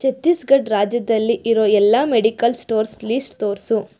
ಛತ್ತೀಸ್ಗಢ್ ರಾಜ್ಯದಲ್ಲಿ ಇರೋ ಎಲ್ಲ ಮೆಡಿಕಲ್ ಸ್ಟೋರ್ಸ್ ಲೀಸ್ಟ್ ತೋರಿಸು